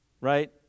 right